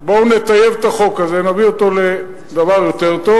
בואו נטייב את החוק הזה, נביא אותו לדבר יותר טוב.